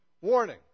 Warning